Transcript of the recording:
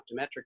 optometric